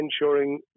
ensuring